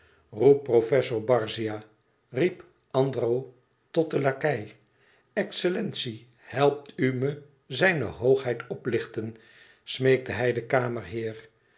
roep professor barzia riep andro tot den lakei excellentie helpt u me zijne hoogheid oplichten smeekte hij den kamerheer